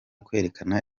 kwerekana